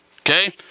okay